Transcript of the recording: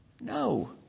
No